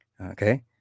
Okay